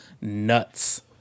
nuts